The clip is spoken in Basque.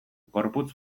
gorputz